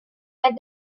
and